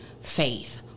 faith